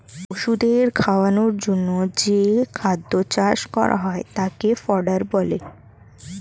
পশুদের খাওয়ানোর জন্যে যেই খাদ্য চাষ করা হয় তাকে ফডার বলে